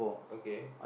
okay